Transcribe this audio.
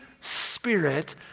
Spirit